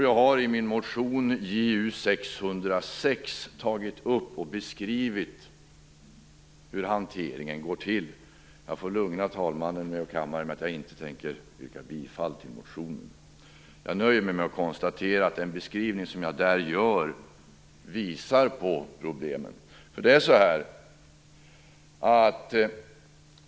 Jag har i min motion Ju606 beskrivit hur hanteringen går till. Jag får lugna talmannen och kammaren med att jag inte tänker yrka bifall till motionen. Jag nöjer mig med att konstatera att den beskrivning som jag där gör visar på problemen.